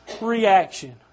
reaction